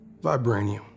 Vibranium